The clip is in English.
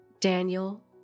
Daniel